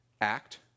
act